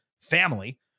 family